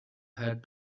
had